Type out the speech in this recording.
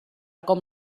com